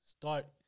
start